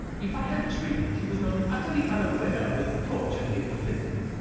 if i had dreamed he was not utterly unaware of the torture he inflicted,